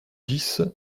dix